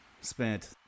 spent